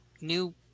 new